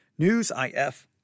Newsif